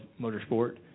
motorsport